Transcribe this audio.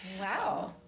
Wow